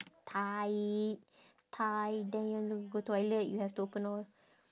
tie it tie then you want to go toilet you have to open all